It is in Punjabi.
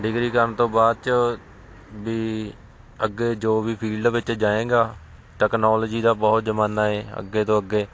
ਡਿਗਰੀ ਕਰਨ ਤੋਂ ਬਾਅਦ 'ਚ ਵੀ ਅੱਗੇ ਜੋ ਵੀ ਫੀਲਡ ਵਿੱਚ ਜਾਏਗਾ ਟੈਕਨੋਲਜੀ ਦਾ ਬਹੁਤ ਜ਼ਮਾਨਾ ਹੈ ਅੱਗੇ ਤੋਂ ਅੱਗੇ